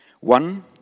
One